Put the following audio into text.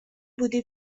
بودی